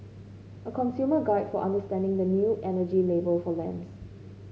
a consumer guide for understanding the new energy label for lamps